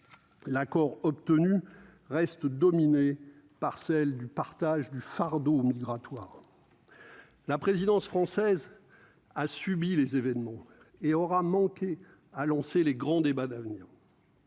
l'accord obtenu reste dominé par celle du partage du fardeau migratoire, la présidence française a subi les événements et aura manqué à lancer les grands débats d'avenir.